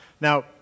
Now